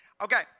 Okay